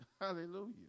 hallelujah